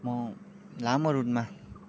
म लामो रुटमा